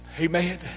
Amen